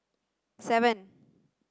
seven